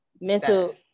mental